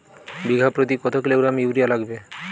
বিঘাপ্রতি কত kilogram urea লাগবে?